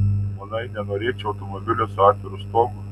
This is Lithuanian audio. manai nenorėčiau automobilio su atviru stogu